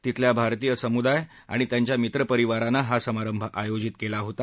तिथल्या भारतीय समुदाय आणि त्यांच्या मित्रपरिवारानं हा समारंभ आयोजित केला होता